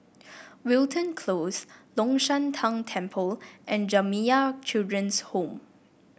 Wilton Close Long Shan Tang Temple and Jamiyah Children's Home